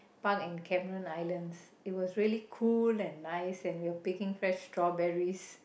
park in Cameron islands it was really cool and nice and we were picking fresh strawberries